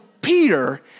Peter